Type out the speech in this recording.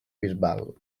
bisbal